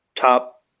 top